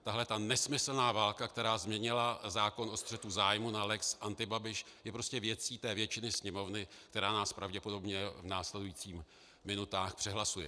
Tahle nesmyslná válka, která změnila zákon o střetu zájmů na lex antibabiš, je prostě věcí většiny Sněmovny, která nás pravděpodobně v následujících minutách přehlasuje.